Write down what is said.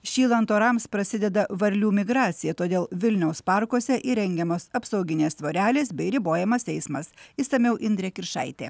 šylant orams prasideda varlių migracija todėl vilniaus parkuose įrengiamos apsauginės tvorelės bei ribojamas eismas išsamiau indrė kiršaitė